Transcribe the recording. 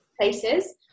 places